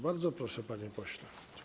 Bardzo proszę, panie pośle.